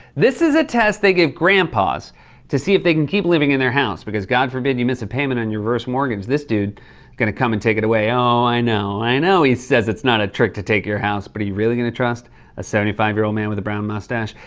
this is a test they give grandpas to see if they can keep living in their house because god forbid you miss a payment on your reverse mortgage. this dude gonna come and take it away. oh, i know. i know he says it's not a trick to take your house, but are you really gonna trust a seventy five year old man with a brown mustache?